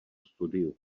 studiu